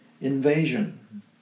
invasion